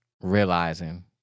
realizing